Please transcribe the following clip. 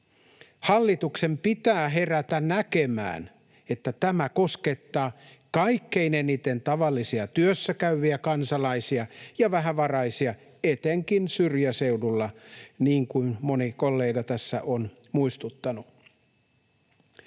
Hallituksen pitää herätä näkemään, että tämä koskettaa kaikkein eniten tavallisia työssäkäyviä kansalaisia ja vähävaraisia etenkin syrjäseudulla, niin kuin moni kollega tässä on muistuttanut.